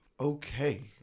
Okay